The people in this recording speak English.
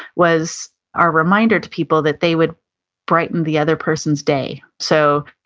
was our reminder to people that they would brighten the other person's day. so,